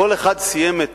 כל אחד סיים את